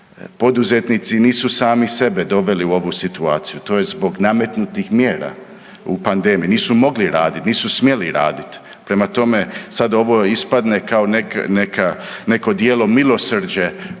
poduzetnici nisu sami sebe doveli u ovu situaciju. To je zbog nametnutih mjera u pandemiji. Nisu mogli raditi. Nisu smjeli raditi. Prema tome, sada ovo ispadne kao nekako djelo milosrđe